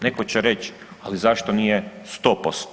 Neko će reć, ali zašto nije 100%